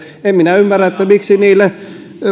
en minä ymmärrä miksi niille